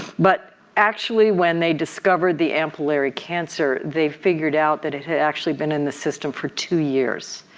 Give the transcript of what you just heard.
but actually when they discovered the ampullary cancer they figured out that it had actually been in the system for two years.